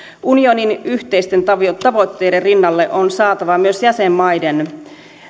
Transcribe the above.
unionin yhteisten tavoitteiden rinnalle on saatava myös jäsenmaiden